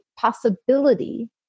possibility